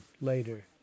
later